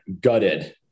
gutted